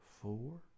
four